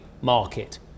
market